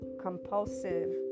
compulsive